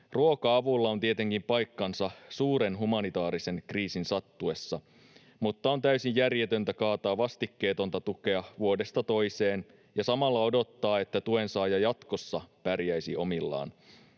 Ruoka-avulla on tietenkin paikkansa suuren humanitaarisen kriisin sattuessa, mutta on täysin järjetöntä kaataa vastikkeetonta tukea vuodesta toiseen ja samalla odottaa, että tuensaaja jatkossa pärjäisi omillaan.